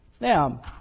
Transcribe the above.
Now